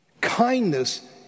kindness